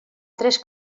tres